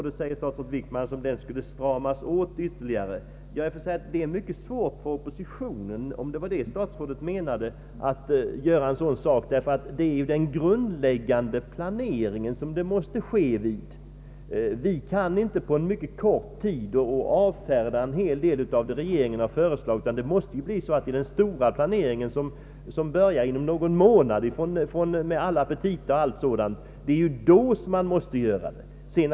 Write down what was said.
Då säger statsrådet Wickman att om den skulle stramas åt ytterligare, måste oppositionen komma med för slag. Det är mycket svårt för oppositionen att göra en sådan sak, därför att det måste ske vid den grundläggande planeringen. Vi kan inte på en mycket kort tid avfärda en hel del av vad regeringen föreslagit, utan det är i den stora planeringen som börjar om någon månad med alla petita och sådant som man måste göra det.